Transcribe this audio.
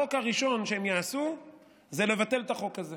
החוק הראשון שהם יעשו זה לבטל את החוק הזה.